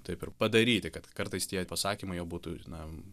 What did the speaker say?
taip ir padaryti kad kartais tie pasakymai jie būtų na